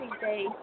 day